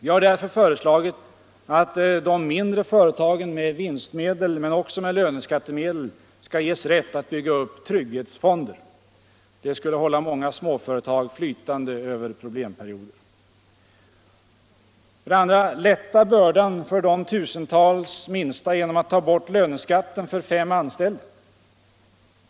Vi har därför föreslagit att de mindre företagen med vinstmedel men också med löneskattemedel skall ges rätt att bygga upp trygghetsfonder. Det skulle hålla många småföretag flytande över problemperioder. Lätta bördan för de tusentals minsta genom att ta bort löneskatten för fem anställda.